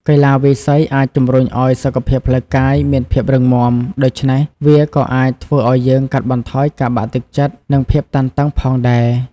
កីឡាវាយសី អាចជំរុញឱ្យសុខភាពផ្លូវកាយមានភាពរឹងមាំ ដូច្នេះវាក៏អាចធ្វើឱ្យយើងកាត់បន្ថយការបាក់ទឹកចិត្ត និងភាពតានតឹងផងដែរ។